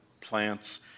plants